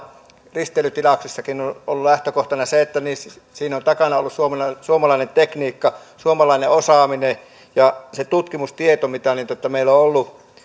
risteilylaivatilauksissakin on ollut lähtökohtana se että siinä on takana ollut suomalainen tekniikka suomalainen osaaminen ja se tutkimustieto mitä meillä on ollut